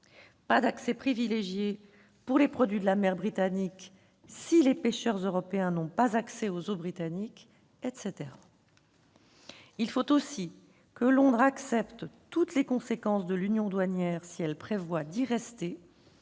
d'accès privilégié pour les produits de la mer britanniques si les pêcheurs européens n'ont pas accès aux eaux britanniques, etc. Il faut aussi que Londres accepte toutes les conséquences de l'union douanière si elle prévoit d'y rester